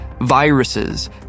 Viruses